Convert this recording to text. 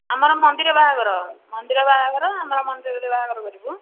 ଆମର ମନ୍ଦିର ବାହାଘର ମନ୍ଦିର ବାହାଘର ଆମର ମନ୍ଦିରରେ ବାହାଘର କରିବୁ